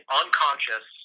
unconscious